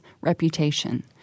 reputation